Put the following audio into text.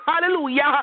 hallelujah